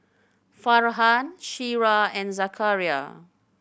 Farhan Syirah and Zakaria